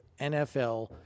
NFL